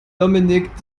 dominik